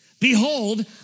behold